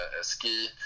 ski